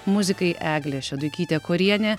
muzikai eglė šeduikytė korienė